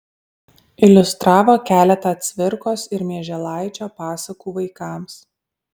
iliustravo keletą cvirkos ir mieželaičio pasakų vaikams